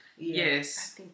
Yes